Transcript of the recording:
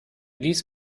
ließ